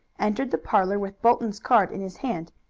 entered the parlor with bolton's card in his hand,